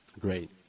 Great